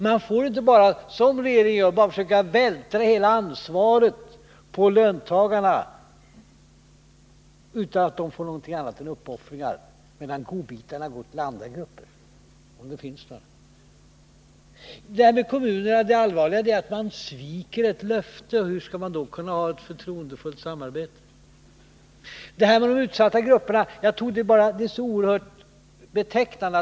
Man får inte bara — som regeringen gör — försöka vältra över hela ansvaret på löntagarna utan att de erbjuds någonting annat än uppoffringar, medan godbitarna går till andra grupper, om det finns några godbitar. När det gäller kommunerna är det allvarligt att man sviker ett löfte. Hur skall man då kunna ha ett förtroendefullt samarbete? I fråga om de utsatta grupperna är utvecklingen oerhört betecknande.